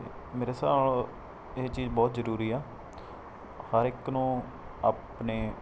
ਅਤੇ ਮੇਰੇ ਹਿਸਾਬ ਇਹ ਚੀਜ਼ ਬਹੁਤ ਜ਼ਰੂਰੀ ਆ ਹਰ ਇੱਕ ਨੂੰ ਆਪਣੇ